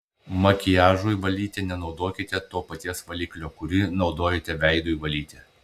makiažui valyti nenaudokite to paties valiklio kurį naudojate veidui valyti